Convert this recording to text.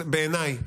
נאמן,